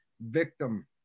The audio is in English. Victim